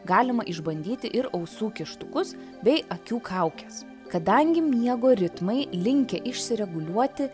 galima išbandyti ir ausų kištukus bei akių kaukes kadangi miego ritmai linkę išsireguliuoti